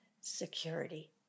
security